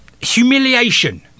Humiliation